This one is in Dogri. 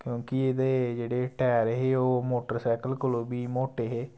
क्योंकि एह्दे जेह्ड़े टैर हे ओह् मोटरसैकल कोलो बी मोट्टे हे